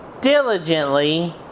diligently